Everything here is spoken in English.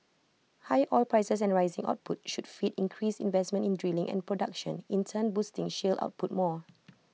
higher oil prices and rising output should feed increased investment in drilling and production in turn boosting shale output more